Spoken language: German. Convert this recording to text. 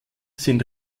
sind